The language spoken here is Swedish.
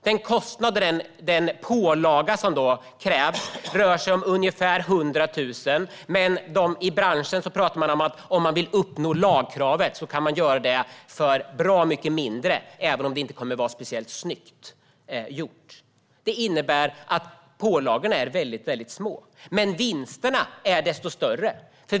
Den pålaga som krävs ligger på ungefär 100 000. Man kan också uppfylla lagkravet till bra mycket mindre kostnader, sägs det i branschen, även om det inte kommer att vara speciellt snyggt gjort. Det innebär att pålagorna är väldigt små. Vinsterna är desto större.